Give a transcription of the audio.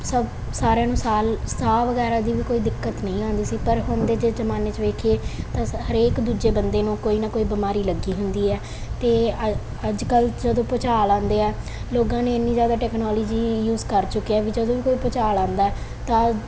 ਸਭ ਸਾਰਿਆਂ ਨੂੰ ਸਾਹ ਸਾਹ ਵਗੈਰਾ ਦੀ ਵੀ ਕੋਈ ਦਿੱਕਤ ਨਹੀਂ ਆਉਂਦੀ ਸੀ ਪਰ ਹੁਣ ਦੇ ਜੇ ਜਮਾਨੇ 'ਚ ਵੇਖੀਏ ਤਾਂ ਹਰੇਕ ਦੂਜੇ ਬੰਦੇ ਨੂੰ ਕੋਈ ਨਾ ਕੋਈ ਬਿਮਾਰੀ ਲੱਗੀ ਹੁੰਦੀ ਹੈ ਤੇ ਅੱਜ ਕੱਲ ਜਦੋਂ ਭੁਚਾਲ ਆਉਂਦੇ ਆ ਲੋਕਾਂ ਨੇ ਇੰਨੀ ਜਿਆਦਾ ਟੈਕਨੋਲੋਜੀ ਯੂਜ ਕਰ ਚੁੱਕੇ ਆ ਵੀ ਜਦੋਂ ਵੀ ਕੋਈ ਭੁਚਾਲ ਆਉਂਦਾ ਤਾਂ